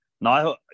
no